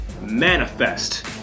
manifest